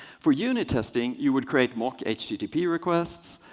for unit testing, you would create mock http requests.